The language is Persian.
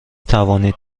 توانید